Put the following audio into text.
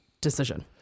decision